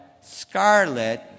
scarlet